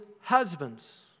husbands